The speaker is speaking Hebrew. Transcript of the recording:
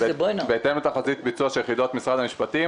בהתאם לתחזית ביצוע של יחידות משרד המשפטים,